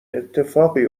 اتفاقی